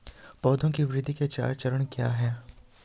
पौधे की वृद्धि के चार चरण क्या हैं?